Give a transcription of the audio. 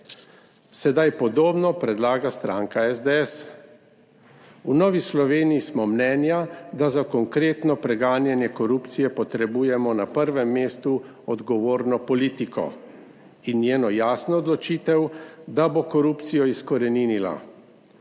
sedaj podobno predlaga stranka SDS. V Novi Sloveniji smo mnenja, da za konkretno preganjanje korupcije potrebujemo na prvem mestu odgovorno politiko in njeno jasno odločitev, da bo korupcijo izkoreninila.